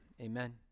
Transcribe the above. Amen